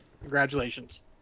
Congratulations